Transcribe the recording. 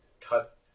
cut